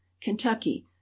Kentucky